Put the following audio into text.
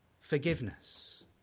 forgiveness